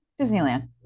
disneyland